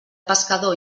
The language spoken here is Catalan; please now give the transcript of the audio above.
pescador